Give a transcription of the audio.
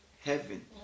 heaven